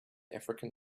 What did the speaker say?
african